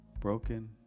broken